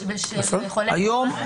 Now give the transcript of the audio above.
היום,